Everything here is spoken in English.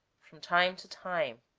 from time to time